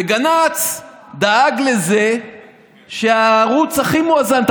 וגנץ דאג לזה שהערוץ הכי מואזן,